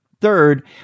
Third